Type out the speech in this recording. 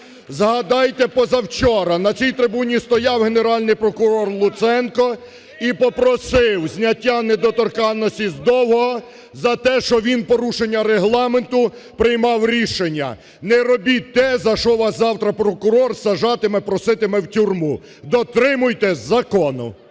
Згадайте, позавчора на цій трибуні стояв Генеральний прокурор Луценко і попросив зняття недоторканності з Довгого за те, що він в порушення регламенту приймав рішення. Не робіть те, за що вас завтра прокурор саджатиме, проситиме в тюрму. Дотримуйтесь закону.